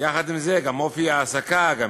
גם אופי ההעסקה הגמיש,